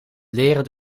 leren